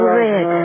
red